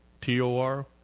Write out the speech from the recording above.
T-O-R